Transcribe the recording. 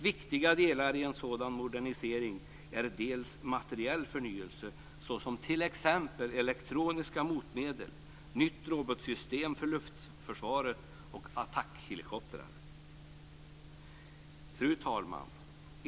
Viktiga delar i en sådan modernisering är dels materiell förnyelse, såsom elektroniska motmedel, nytt robotsystem för luftförsvaret och attackhelikoptrar. Fru talman!